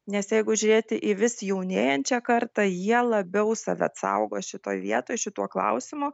nes jeigu žiūrėti į vis jaunėjančią kartą jie labiau save saugo šitoj vietoj šituo klausimu